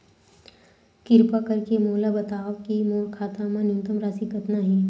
किरपा करके मोला बतावव कि मोर खाता मा न्यूनतम राशि कतना हे